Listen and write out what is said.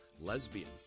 Lesbian